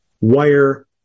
wire